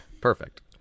Perfect